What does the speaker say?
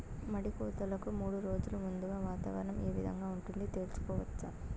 మడి కోతలకు మూడు రోజులు ముందుగా వాతావరణం ఏ విధంగా ఉంటుంది, తెలుసుకోవచ్చా?